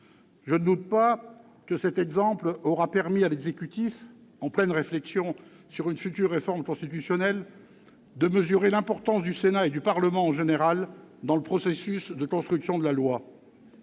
Je ne doute pas que cet exemple aura permis à l'exécutif, en pleine réflexion sur une future réforme constitutionnelle, de mesurer l'importance du Sénat et du Parlement en général dans le processus de construction de la loi.